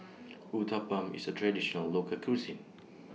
Uthapam IS A Traditional Local Cuisine